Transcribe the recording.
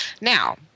Now